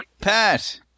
Pat